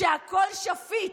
"שהכול שפיט".